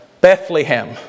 Bethlehem